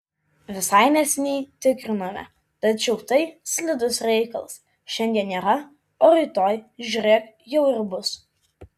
visai neseniai tikrinome tačiau tai slidus reikalas šiandien nėra o rytoj žiūrėk jau ir bus